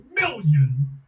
million